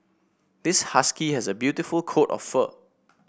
this husky has a beautiful coat of fur